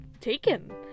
taken